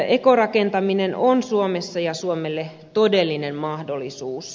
ekorakentaminen on suomessa ja suomelle todellinen mahdollisuus